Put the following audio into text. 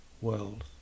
world